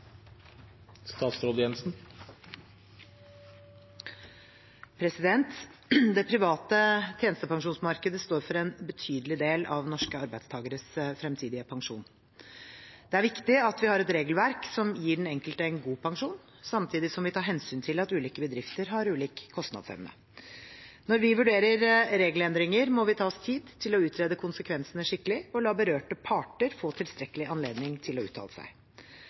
Det private tjenestepensjonsmarkedet står for en betydelig del av norske arbeidstakeres fremtidige pensjoner. Det er viktig at vi har et regelverk som gir den enkelte en god pensjon, samtidig som vi tar hensyn til at ulike bedrifter har ulik kostnadsevne. Når vi vurderer regelendringer, må vi ta oss tid til å utrede konsekvensene skikkelig og la berørte parter få tilstrekkelig anledning til å uttale seg.